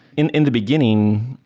in in the beginning,